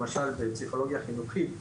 למשל בפסיכולוגיה חינוכית.